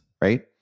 right